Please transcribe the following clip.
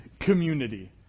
community